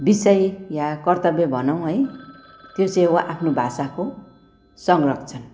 विसय या कर्त्तव्य भनौँ है त्यो चाहिँ हो आफ्नो भाषाको संरक्षण